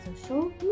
social